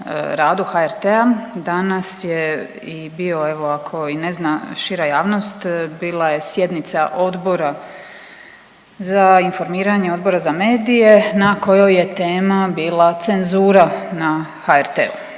radu HRT-a. Danas je i bio evo ako i ne zna šira javnost bila je sjednica Odbora za informiranje, Odbora za medije na kojoj je tema bila cenzura na HRT-u.